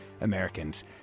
Americans